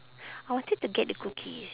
I wanted to get the cookies